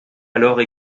alors